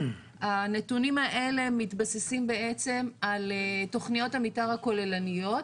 הנתונים האלה מתבססים בעצם על תוכניות המתאר הכוללניות,